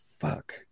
Fuck